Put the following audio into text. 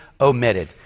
omitted